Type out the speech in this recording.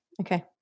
Okay